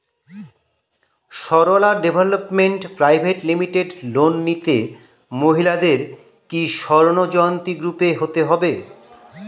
Sarala development private limited loan নিতে মহিলাদের কি স্বর্ণ জয়ন্তী গ্রুপে হতে হবে?